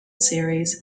series